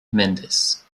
mendez